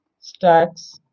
stacks